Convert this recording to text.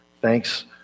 Thanks